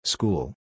School